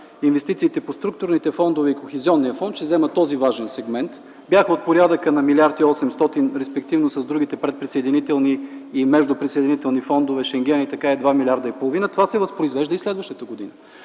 инвестициите по структурните фондове и Кохезионния фонд – ще взема този важен сегмент, бяха от порядъка на 1 млрд. 800 млн., респективно с другите присъединителни и междуприсъединителни фондове – Шенген и други, е 2,5 милиарда. Това се възпроизвежда и през следващата година,